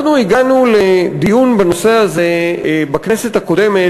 אנחנו הגענו לדיון בנושא הזה בכנסת הקודמת,